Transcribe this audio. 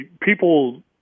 people